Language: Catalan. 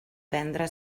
prendre